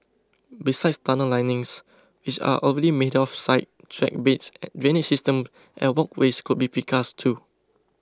besides tunnel linings which are already made off site track beds drainage systems and walkways could be precast too